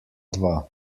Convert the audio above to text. dva